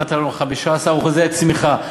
נתת לנו 15% צמיחה,